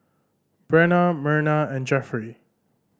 Brenna Merna and Jeffery